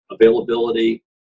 availability